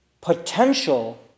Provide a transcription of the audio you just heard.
potential